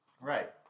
right